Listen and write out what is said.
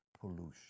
Pollution